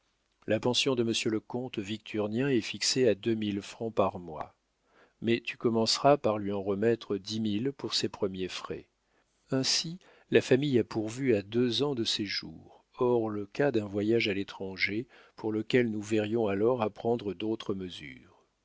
la pension de monsieur le comte victurnien est fixée à deux mille francs par mois mais tu commenceras par lui en remettre dix mille pour ses premiers frais ainsi la famille a pourvu à deux ans de séjour hors le cas d'un voyage à l'étranger pour lequel nous verrions alors à prendre d'autres mesures